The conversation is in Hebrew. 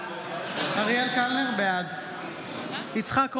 בעד יצחק קרויזר,